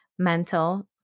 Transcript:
mental